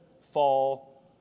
fall